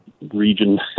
region